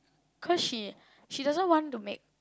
cause she she doesn't want to make